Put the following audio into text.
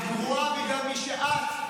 את גרועה בגלל מי שאת,